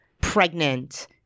pregnant